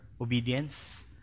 obedience